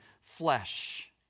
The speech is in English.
flesh